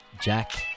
Jack